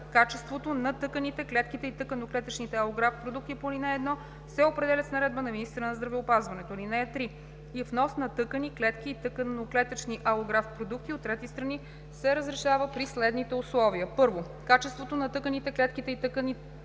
качеството на тъканите, клетките и тъканно-клетъчните алографт продукти по ал. 1, се определят с наредба на министъра на здравеопазването. (3) Внос на тъкани, клетки и тъканно-клетъчни алографт продукти от трети страни се разрешава при следните условия: 1. качеството на тъканите, клетките и